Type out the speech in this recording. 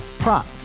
Prop